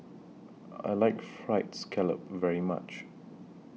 I like Fried Scallop very much